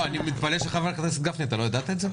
אני מתפלא, חבר הכנסת גפני, אתה לא ידעת את זה?